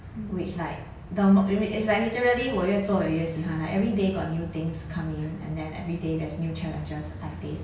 which like the more it's like literally 我越做我越喜欢 like everyday got new things come in and then everyday there's new challenges I faced